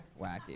Wacky